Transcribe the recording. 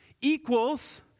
Equals